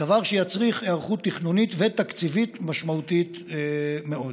דבר שיצריך היערכות תכנונית ותקציבית משמעותית מאוד.